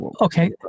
okay